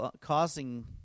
causing